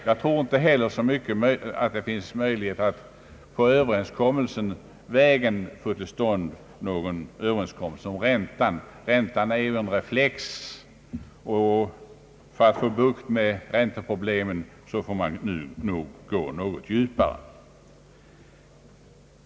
Jag tror inte heller att det finns möjligheter att med förhandlingar nå någon överenskommelse om räntan. Räntan är ju en reflex, och för att få bukt med ränteproblemet får man nog gå något djupare.